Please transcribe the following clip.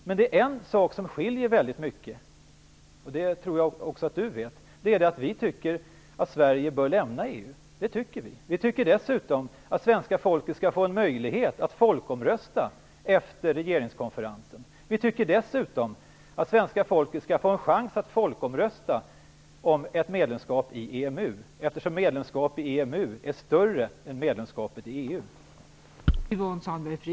Men det är en sak som skiljer väldigt mycket, och det tror jag också att hon vet. Det är att vi tycker att Sverige bör lämna EU. Vi tycker också att svenska folket skall få en möjlighet att folkomrösta efter regeringskonferensen. Vi tycker dessutom att svenska folket skall få en chans att folkomrösta om ett medlemskap i EMU, eftersom ett medlemskap i EMU är större än medlemskapet i